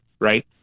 Right